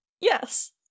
Yes